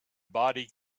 body